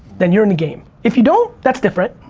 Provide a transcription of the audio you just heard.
then you're in the game. if you don't, that's different.